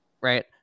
Right